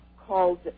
called